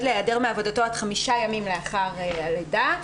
להיעדר מעבודתו עד חמישה ימים לאחר הלידה.